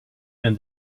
and